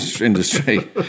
industry